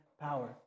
power